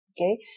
Okay